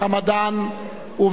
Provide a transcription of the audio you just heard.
ובתוכם אתם,